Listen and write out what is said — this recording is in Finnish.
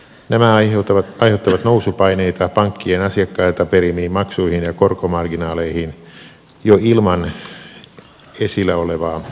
nämä aiheuttavat nousupaineita pankkien asiakkailta perimiin maksuihin ja korkomarginaaleihin jo ilman esillä olevaa lakiesitystä